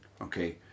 okay